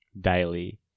daily